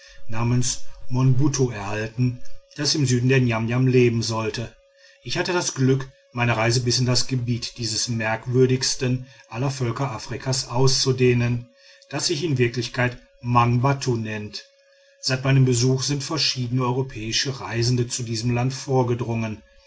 namens monbuttu erhalten das im süden der namniam leben sollte ich hatte das glück meine reise bis in das gebiet dieses merkwürdigsten aller völker afrikas auszudehnen das sich in wirklichkeit mangbattu nennt seit meinem besuch sind verschiedene europäische reisende zu diesem land vorgedrungen